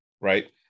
right